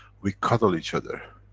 we cuddle each other.